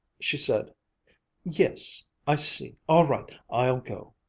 she said yes, i see. all right i'll go,